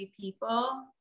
people